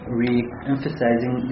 re-emphasizing